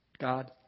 God